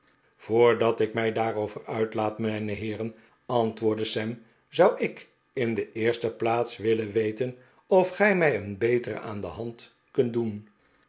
voordat ik mij daarover uitlaat mijne heeren antwoordde sam zou ik in de eerste plaats willen weten of gij mij een betere aan de hand kunt doen